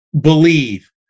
believe